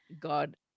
God